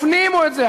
תפנימו את זה.